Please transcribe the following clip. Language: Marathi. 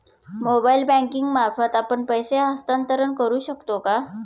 मोबाइल बँकिंग मार्फत आपण पैसे हस्तांतरण करू शकतो का?